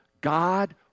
God